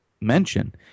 mention